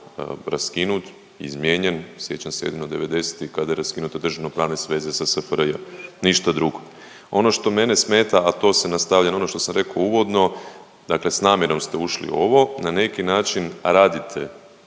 raskinut, izmijenjen. Sjećam se jedino devedesetih kada je raskinuta državno pravna sveze sa SFRJ. Ništa drugo. Ono što mene smeta, a to se nastavlja na ono što sam rekao uvodno, dakle s namjerom ste ušli u ovo. Na neki način radite